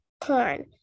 corn